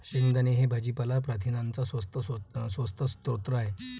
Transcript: शेंगदाणे हे भाजीपाला प्रथिनांचा स्वस्त स्रोत आहे